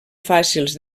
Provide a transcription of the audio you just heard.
fàcils